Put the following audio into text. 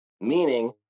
Meaning